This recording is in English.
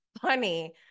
funny